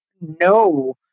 no